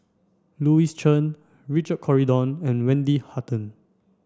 Louis Chen Richard Corridon and Wendy Hutton